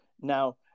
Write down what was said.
Now